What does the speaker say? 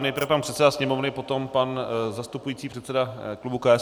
Nejprve pan předseda Sněmovny, potom pan zastupující předseda klubu KSČM.